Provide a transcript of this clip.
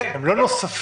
הם לא נוספים.